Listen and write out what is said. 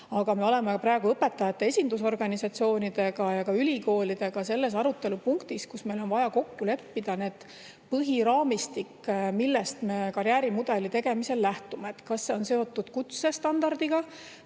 Me oleme praegu õpetajate esindusorganisatsioonidega ja ka ülikoolidega selles arutelu punktis, kus meil on vaja kokku leppida põhiraamistik, millest me karjäärimudeli tegemisel lähtume. Kas see on seotud kutsestandardiga?